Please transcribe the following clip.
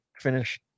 finish